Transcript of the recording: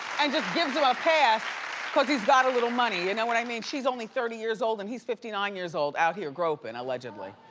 just gives him a pass cause he's got a little money, you know what i mean? she's only thirty years old and he's fifty nine years old out here groping allegedly.